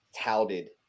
touted